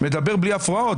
מדבר בלי הפרעות.